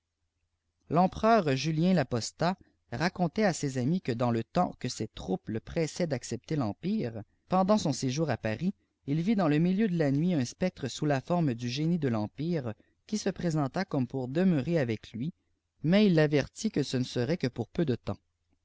iempereur julien l'apostat racontait à ses amis que dans lé tempa que ses troupes le pressaient d'accepter l'empire pendant son séjour àpâris il vit dans le milieu de la nuit un spectre sous la forme du génie del'eiïipire qu se présenta comme pour demeurer avec lui mais il avertit que ce ne serait que pour peu de temps